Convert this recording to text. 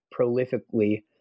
prolifically